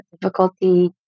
difficulty